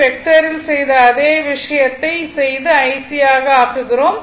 வெக்டரில் செய்த அதே விஷயத்தை செய்து IC யாக ஆக்குகிறோம்